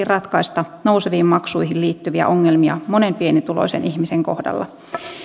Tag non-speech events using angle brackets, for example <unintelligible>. <unintelligible> ratkaista nouseviin maksuihin liittyviä ongelmia monen pienituloisen ihmisen kohdalla